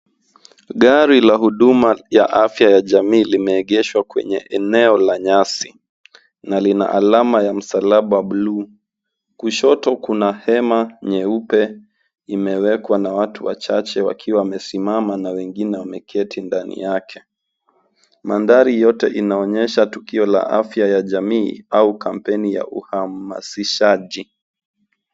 Gari la huduma ya afya ya jamii limeegeshwa kwenye eneo la nyasi na lina alama ya msalaba bluu. Kushoto kuna hema nyeupe imewekwa, na watu wachache wakiwa wamesimama na wengine wameketi ndani yake. Mandhari yote inaonyesha tukio la afya ya jamii au kampeni ya uhamasishaji.